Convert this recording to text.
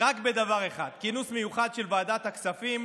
רק בדבר אחד, כינוס מיוחד של ועדת הכספים